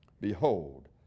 Behold